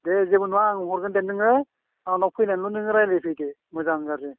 दे जेबो नङा आं हरगोन दे नोङो आंनाव फैनानैल' नोङो रायज्लायफैदो मोजां गाज्रि